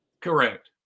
Correct